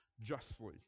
justly